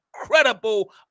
incredible